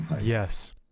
Yes